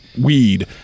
weed